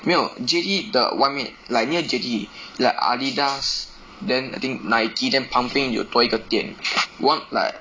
没有 J D 的外面 like near J D like Adidas then I think Nike then 旁边有多一个店 one like